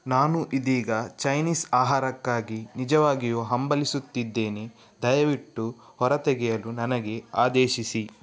ನಾನು ಇದೀಗ ಚೈನೀಸ್ ಆಹಾರಕ್ಕಾಗಿ ನಿಜವಾಗಿಯೂ ಹಂಬಲಿಸುತ್ತಿದ್ದೇನೆ ದಯವಿಟ್ಟು ಹೊರತೆಗೆಯಲು ನನಗೆ ಆದೇಶಿಸಿ